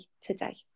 today